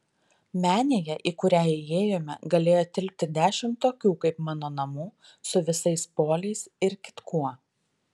menėje į kurią įėjome galėjo tilpti dešimt tokių kaip mano namų su visais poliais ir kitkuo